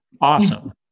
awesome